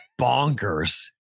bonkers